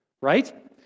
Right